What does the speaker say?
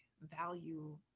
value